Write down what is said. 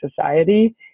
society